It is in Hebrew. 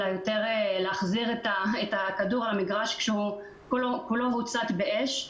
אלא יותר להחזיר את הכדור למגרש כשכולו מוצת באש.